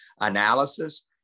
analysis